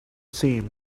same